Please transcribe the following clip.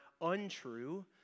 untrue